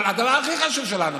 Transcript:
אבל הדבר הכי חשוב שלנו,